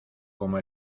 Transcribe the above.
como